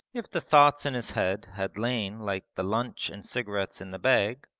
if the thoughts in his head had lain like the lunch and cigarettes in the bag,